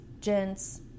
gents